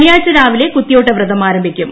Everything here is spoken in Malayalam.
ശനിയാഴ്ച രാവിലെ കുത്തിയോട്ട വ്രതം ആരംഭിക്കും